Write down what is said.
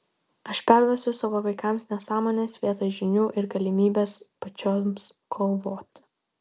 aš perduosiu savo vaikams nesąmones vietoj žinių ir galimybės pačioms galvoti